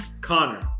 Connor